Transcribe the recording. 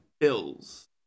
Bills